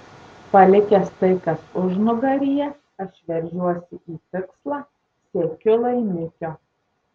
palikęs tai kas užnugaryje aš veržiuosi į tikslą siekiu laimikio